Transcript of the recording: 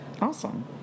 Awesome